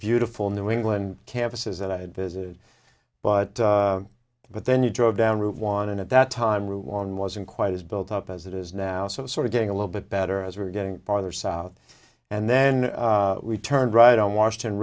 beautiful new england campuses that i had visited but but then you drove down route one and at that time route one wasn't quite as built up as it is now so sort of getting a little bit better as we were getting farther south and then we turned right on washington